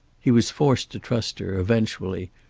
he was forced to trust her, eventually,